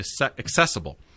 accessible